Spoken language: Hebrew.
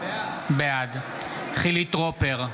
בעד חילי טרופר,